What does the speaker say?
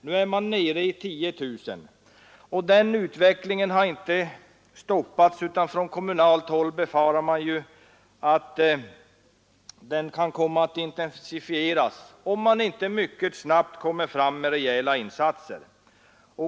Nu är Pajala kommun nere i 10 000 invånare, och den utvecklingen har inte stoppats, utan från kommunalt håll befarar man att den kan komma att ytterligare intensifieras om det inte mycket snart kommer fram rejäla insatser.